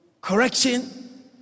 correction